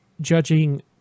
judging